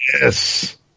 Yes